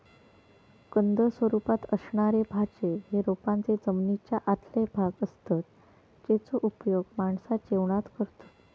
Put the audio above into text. कंद स्वरूपात असणारे भाज्ये हे रोपांचे जमनीच्या आतले भाग असतत जेचो उपयोग माणसा जेवणात करतत